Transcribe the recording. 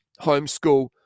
Homeschool